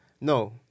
No